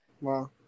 Wow